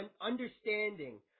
understanding